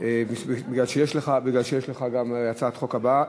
לפרוטוקול בגלל שיש לך גם את הצעת החוק הבאה,